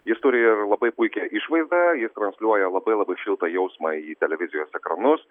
jis turėjo labai puikią išvaizdą jis transliuoja labai labai šiltą jausmą į televizijos ekranus